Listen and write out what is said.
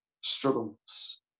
struggles